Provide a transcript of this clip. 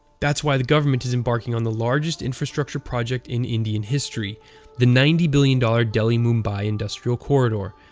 that's why the government is embarking on the largest infrastructure project in indian history the ninety billion dollars delhi mumbai industrial corridor,